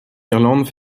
ireland